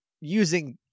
using